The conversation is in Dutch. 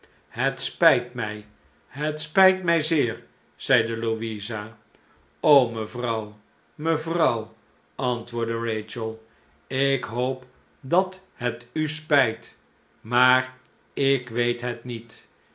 het spijt mij het spijt mij zeer zeide louisa mevrouw mevrouw antwoprdde rachel ik hoop dat het u spijt maar ik weet het niet